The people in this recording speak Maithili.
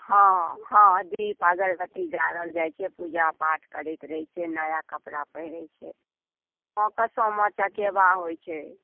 हॅं हॅं दिप अगरबत्ती जरायल जाइ छै पूजा पाठ करैत रहै छै नया कपड़ा पहिरै छै हॅं सामो चकेवा होइ छै